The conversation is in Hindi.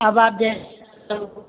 अब आप जैसे